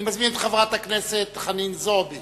אני מזמין את חברת הכנסת חנין זועבי